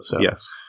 yes